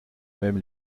même